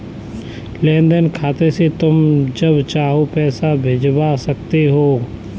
लेन देन खाते से तुम जब चाहो पैसा भिजवा सकते हो